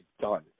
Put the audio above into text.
done